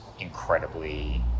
incredibly